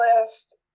list